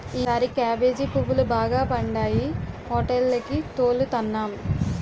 ఈసారి కేబేజీ పువ్వులు బాగా పండాయి హోటేలికి తోలుతన్నాం